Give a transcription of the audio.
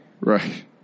right